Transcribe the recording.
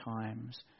times